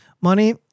Money